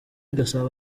gasabo